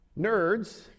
nerds